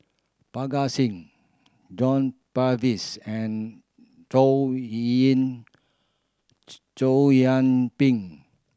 Parga Singh John Purvis and Chow Chow Yian Ping